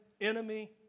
enemy